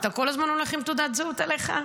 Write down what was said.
אתה כל הזמן הולך עם תעודת זהות עליך?